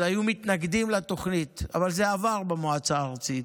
היו מתנגדים לתוכנית, אבל זה עבר במועצה הארצית.